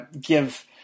give